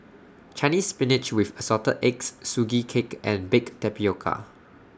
Chinese Spinach with Assorted Eggs Sugee Cake and Baked Tapioca